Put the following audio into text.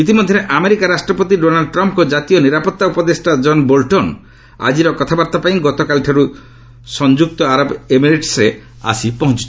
ଇତିମଧ୍ୟରେ ଆମେରିକା ରାଷ୍ଟ୍ରପତି ଡୋନାଲ୍ଡ୍ ଟ୍ରମ୍ଫ୍ଙ୍କ ଜାତୀୟ ନିରାପତ୍ତା ଉପଦେଷା କନ୍ ବୋଲ୍ଟନ୍ ଆଜିର କଥାବାର୍ତ୍ତା ପାଇଁ ଗତକାଲି ଠାରୁ ୟୁଏଇରେ ଆସି ପହଞ୍ଚଥିଲେ